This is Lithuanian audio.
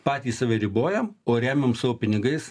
patys save ribojam o remiam savo pinigais